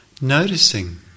noticing